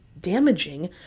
damaging